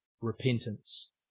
repentance